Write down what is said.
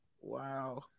Wow